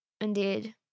indeed